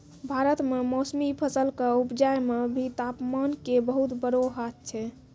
भारत मॅ मौसमी फसल कॅ उपजाय मॅ भी तामपान के बहुत बड़ो हाथ छै